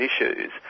issues